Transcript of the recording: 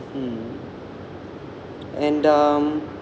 mm and um